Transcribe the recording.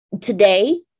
today